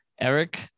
Eric